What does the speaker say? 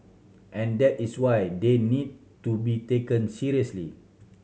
and that is why they need to be taken seriously